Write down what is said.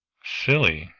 silly!